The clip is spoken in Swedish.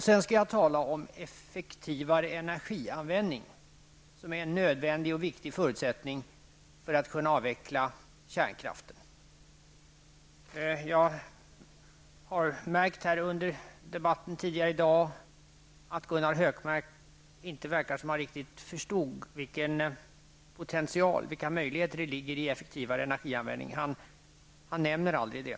Sedan skall jag tala om effektivare energianvändning, som är en nödvändig och viktig förutsättning för att man skall kunna avveckla kärnkraften. Jag har under debatten tidigare i dag märkt att det verkar som om Gunnar Hökmark inte förstår vilka möjligheter som en effektivare energianvändning innebär. Han nämner aldrig det.